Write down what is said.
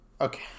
okay